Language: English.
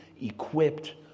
equipped